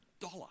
dollar